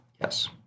yes